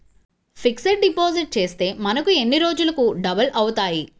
Fixed deposit చేస్తే మనకు ఎన్ని రోజులకు డబల్ అవుతాయి?